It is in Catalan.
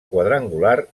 quadrangular